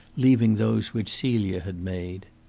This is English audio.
leaving those which celia had made.